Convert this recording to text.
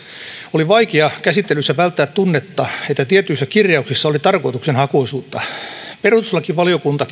oli vaikea käsittelyssä välttää tunnetta että tietyissä kirjauksissa oli tarkoituksenhakuisuutta perustuslakivaliokunta